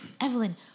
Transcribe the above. Evelyn